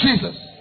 Jesus